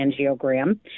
angiogram